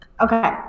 Okay